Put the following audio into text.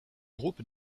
groupe